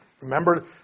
remember